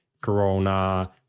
Corona